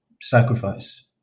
sacrifice